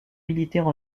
militaires